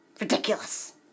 ridiculous